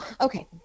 okay